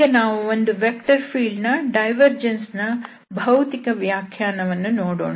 ಈಗ ನಾವು ಒಂದು ವೆಕ್ಟರ್ ಫೀಲ್ಡ್ ನ ಡೈವರ್ಜೆನ್ಸ್ನ ಭೌತಿಕ ವ್ಯಾಖ್ಯಾನ ವನ್ನು ನೋಡೋಣ